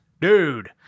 Dude